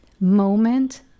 moment